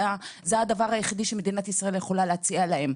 זה הדבר היחידי שמדינת ישראל יכולה להציע להם,